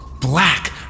Black